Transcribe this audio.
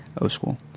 O-School